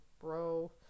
bro